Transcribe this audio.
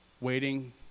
Waiting